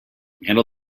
handle